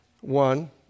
one